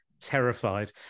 terrified